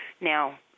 Now